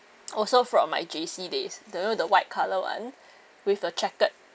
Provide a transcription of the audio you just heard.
also from my J_C days you know the white colour [one] with a checkered